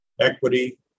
equity